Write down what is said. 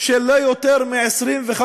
של לא יותר מ-25,000,